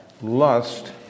Lust